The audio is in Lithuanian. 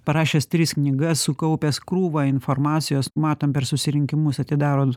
parašęs tris knygas sukaupęs krūvą informacijos matom per susirinkimus atidarot